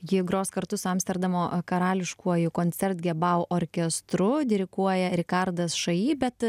ji gros kartu su amsterdamo karališkuoju koncert gebau orkestru diriguoja rikardas šaji bet